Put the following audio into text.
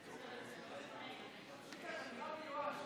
חזרתי מקורונה.